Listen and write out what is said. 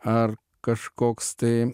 ar kažkoks tai